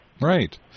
Right